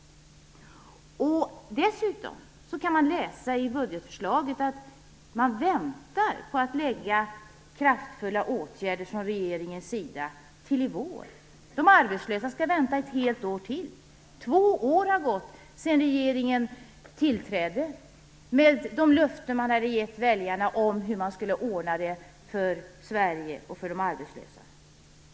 Dessutom kan man läsa i budgetförslaget att regeringen väntar med att vidta kraftfulla åtgärder till i vår. De arbetslösa skall vänta ett helt år till. Två år har gått sedan regeringen tillträdde med de löften man hade gett väljarna om hur man skulle ordna det för Sverige och för de arbetslösa.